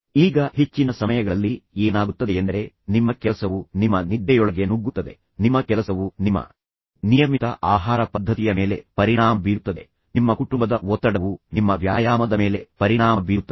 ಈಗ ಹೆಚ್ಚಿನ ಸಮಯಗಳಲ್ಲಿ ಏನಾಗುತ್ತದೆಯೆಂದರೆ ನಿಮ್ಮ ಕೆಲಸವು ನಿಮ್ಮ ನಿದ್ದೆಯೊಳಗೆ ನುಗ್ಗುತ್ತದೆ ನಿಮ್ಮ ಕೆಲಸವು ನಿಮ್ಮ ನಿಯಮಿತ ಆಹಾರ ಪದ್ಧತಿಯ ಮೇಲೆ ಪರಿಣಾಮ ಬೀರುತ್ತದೆ ನಿಮ್ಮ ಕುಟುಂಬದ ಒತ್ತಡವು ನಿಮ್ಮ ವ್ಯಾಯಾಮದ ಮೇಲೆ ಪರಿಣಾಮ ಬೀರುತ್ತದೆ